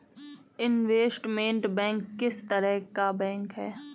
Investment bank किस तरह का बैंक है?